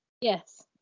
Yes